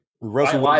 Russell